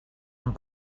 amb